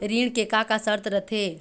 ऋण के का का शर्त रथे?